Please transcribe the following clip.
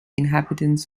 inhabitants